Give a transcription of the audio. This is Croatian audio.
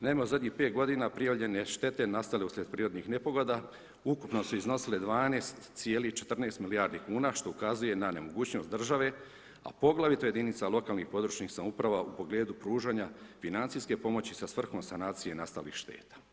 Naime u zadnjih 5 g. prijavljene štete nastale uslijed prirodnih nepogoda, ukupno su iznosili 12,14 milijardi kuna što ukazuje na nemogućnost države, a poglavito jedinica lokalnih, područnih samouprava u pogledu pružanja financijskih pomoći sa svrhom sanacije nastalih šteta.